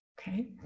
Okay